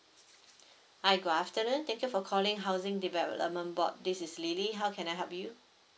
hi good afternoon thank you for calling housing development board this is lily how can I help you